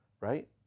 right